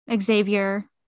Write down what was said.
Xavier